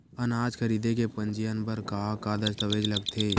अनाज खरीदे के पंजीयन बर का का दस्तावेज लगथे?